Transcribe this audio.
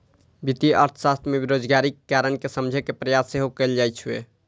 वित्तीय अर्थशास्त्र मे बेरोजगारीक कारण कें समझे के प्रयास सेहो कैल जाइ छै